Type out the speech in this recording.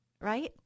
right